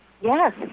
Yes